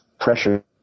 pressure